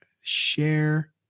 share